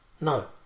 No